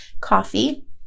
Coffee